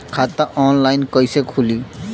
खाता ऑनलाइन कइसे खुली?